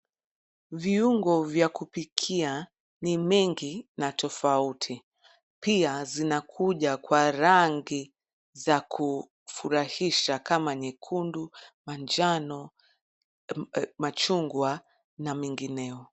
Viungo vya kupikia ni mengi na tofauti. Pia zinakuja kwa rangi za kufurahisha kama nyekundu, manjano, machungwa na mengineo.